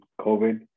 COVID